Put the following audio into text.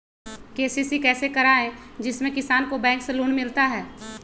KCC कैसे कराये जिसमे किसान को बैंक से लोन मिलता है?